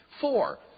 Four